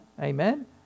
Amen